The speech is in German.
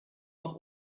auch